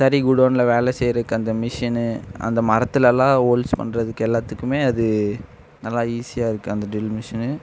தறி குடோனில் வேலை செய்யுறக்கு அந்த மிஷினு அந்த மரத்துலெலாம் ஹோல்ஸ் பண்ணுறதுக்கு எல்லாத்துக்குமே அது நல்ல ஈஸியாக இருக்குது அந்த ட்ரில் மிஷினு